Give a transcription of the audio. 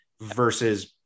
versus